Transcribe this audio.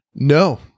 No